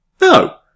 No